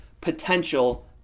potential